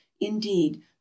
indeed